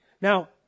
Now